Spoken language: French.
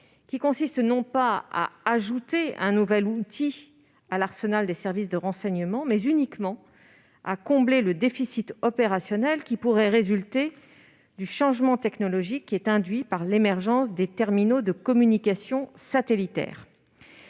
qui consiste non pas à ajouter un nouvel outil à l'arsenal des services de renseignement, mais uniquement à combler le déficit opérationnel qui pourrait résulter du changement technologique induit par l'émergence des terminaux de communications satellitaires.